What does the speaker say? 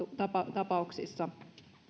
tapauksissa